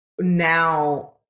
now